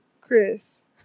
Chris